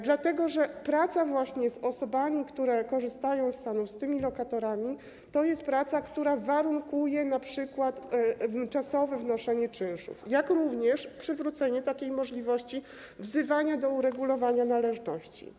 Dlatego że praca właśnie z osobami, które korzystają z SAN-ów, z lokatorami, to jest praca, która warunkuje np. czasowe wnoszenie czynszów, jak również przywrócenie możliwości wzywania do uregulowania należności.